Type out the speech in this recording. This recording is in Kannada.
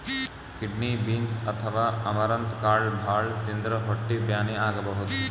ಕಿಡ್ನಿ ಬೀನ್ಸ್ ಅಥವಾ ಅಮರಂತ್ ಕಾಳ್ ಭಾಳ್ ತಿಂದ್ರ್ ಹೊಟ್ಟಿ ಬ್ಯಾನಿ ಆಗಬಹುದ್